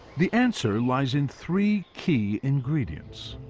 the answer lies in three key ingredients.